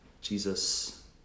Jesus